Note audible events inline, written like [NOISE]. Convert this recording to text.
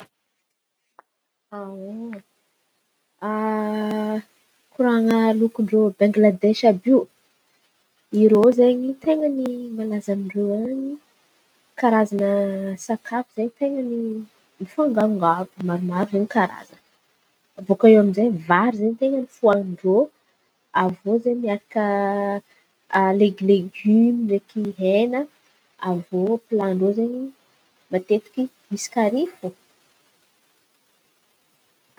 [HESITATION] koran̈a lokin-drô Bangladesy àby io, irô zen̈y ten̈a ny malaza amin-drô an̈y karazan̈a sakafo zen̈y ten̈a ny ifangangaro maromaro izen̈y karazany. Baka iô amizay, vary ten̈a ny fohanin-drô, avô zen̈y miaraka [HESITATION] legi- legimo ndraiky hena avô plan-drô zen̈y matetiky misy kary fo.